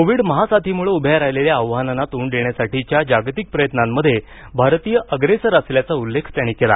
Covid महासाथीमुळे उभ्या राहिलेल्या आव्हानांना तोंड देण्यासाठीच्या जागतिक प्रयत्नांमध्ये भारतीय अग्रेसर असल्याचा उल्लेख त्यांनी केला